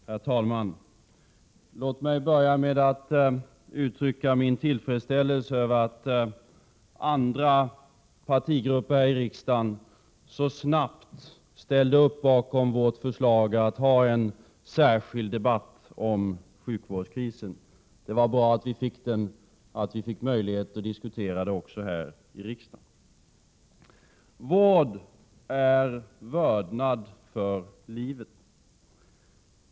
Herr talman! Låt mig börja med att uttrycka min tillfredsställelse över att andra partigrupper i riksdagen så snabbt ställde upp bakom vårt förslag om att ha en särskild debatt om sjukvårdskrisen. Det var bra att vi fick möjlighet att diskutera detta också här i riksdagen. Vård är vördnad för livet.